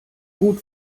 gut